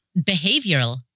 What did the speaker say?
behavioral